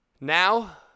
now